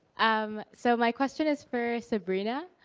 um so my question is for sabrina.